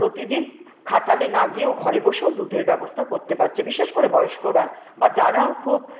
প্রতিদিন খাটালে না গিয়েও ঘরে বসেও দুধের ব্যবস্থা করতে পারছে বিশেষ করে বয়স্করা বা যারা খুব